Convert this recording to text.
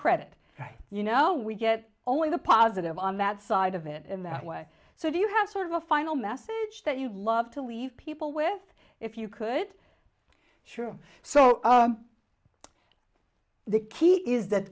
credit you know we get only the positive on that side of it in that way so if you have sort of a final message that you'd love to leave people with if you could sure so the key is that